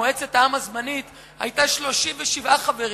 מועצת העם הזמנית היתה 37 חברים.